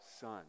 son